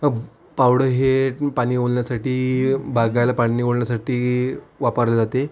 अ पावड हे पाणी ओलण्यासाठी बागेला पाणी ओलण्यासाठी वापरला जाते